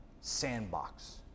sandbox